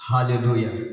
Hallelujah